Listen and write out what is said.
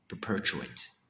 perpetuate